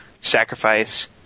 sacrifice